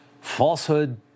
Falsehood